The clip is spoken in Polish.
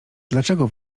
dlaczego